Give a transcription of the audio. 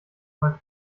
mal